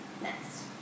Next